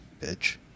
bitch